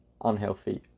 unhealthy